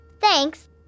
Thanks